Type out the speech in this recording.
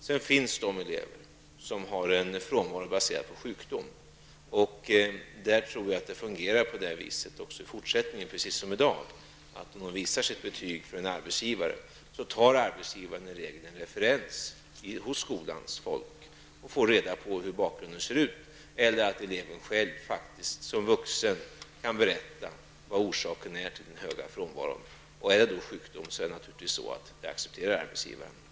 Sedan finns det elever som har en frånvaro baserad på sjukdom. Där tror jag att det fungerar på det viset också i fortsättningen, precis som i dag, att när eleverna visar sina betyg för en arbetsgivare, hämta arbetsgivaren i regel referenser hos skolfolk och får då reda på hur bakgrunden ser ut, eller också kan eleven själv då som vuxen berätta vad orsaken är till den eventuellt höga frånvaron. Är det fråga om sjukdom accepterar naturligtvis arbetsgivaren det.